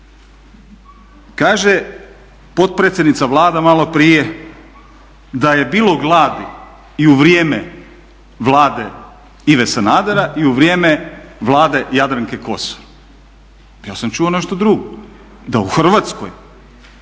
Kaže potpredsjednica Vlade maloprije da je bilo gladi i u vrijeme Vlade Ive Sanadera i u vrijeme Vlade Jadranke Kosor. Ja sam čuo nešto drugo, da u Hrvatskoj